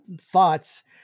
thoughts